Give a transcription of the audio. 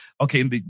Okay